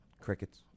Crickets